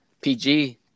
PG